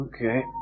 Okay